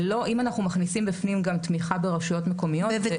אם אנחנו מכניסים בפנים גם תמיכה ברשויות מקומיות זה משהו אחר.